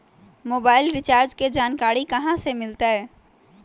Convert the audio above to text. Mobile recharge के जानकारी कहा से मिलतै?